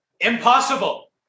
impossible